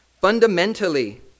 fundamentally